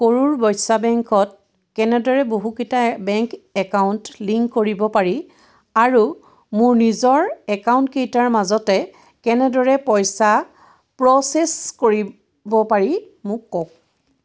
কৰুৰ ব্যচা বেংকত কেনেদৰে বহুকেইটা বেংক একাউণ্ট লিংক কৰিব পাৰি আৰু মোৰ নিজৰ একাউণ্টকেইটাৰ মাজতে কেনেদৰে পইচা প্ৰ'চেছ কৰিব পাৰি মোক কওক